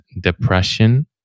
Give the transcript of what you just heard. depression